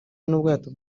n’ubwato